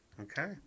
Okay